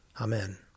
Amen